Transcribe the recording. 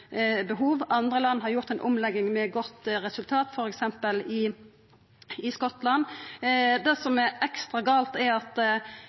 behov. Andre land har gjort ei omlegging med godt resultat, f.eks. Skottland. Det som er ekstra gale, er at